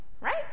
Right